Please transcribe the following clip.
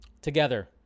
Together